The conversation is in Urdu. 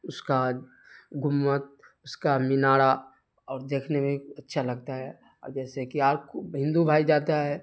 اس کا گنبد اس کا مینارہ اور دیکھنے میں اچھا لگتا ہے اور جیسے کہ اور خوب ہندو بھائی جاتا ہے